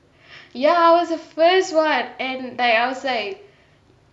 ya I was the first [one] and I was like